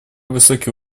высокий